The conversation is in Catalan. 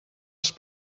els